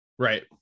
Right